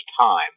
time